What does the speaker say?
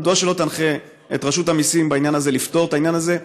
מדוע שלא תנחה את רשות המיסים לפתור את העניין הזה,